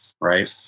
right